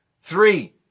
Three